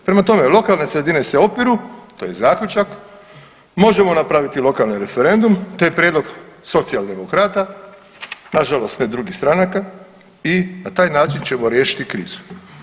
Prema tome, lokalne sredine se opiru, to je zaključak, možemo napraviti lokalni referendum, to je prijedlog Socijaldemokrata, nažalost ne drugih stranaka i na taj način ćemo riješiti krizu.